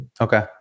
Okay